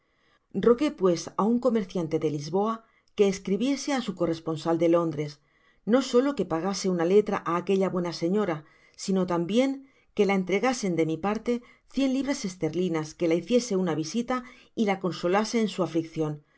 rogue pues á un comerciante de lisboa que escribiese á su corresponsal de londres no solo que pagase una letra á aquella buena señora sino tambien que la entregasen de mi parte cien libras esterlinas que la hiciese una visita y la consolase en su afliecion